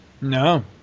No